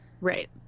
right